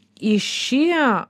į šį